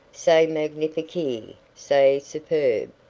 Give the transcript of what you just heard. c'est magnifique! c'est superbe!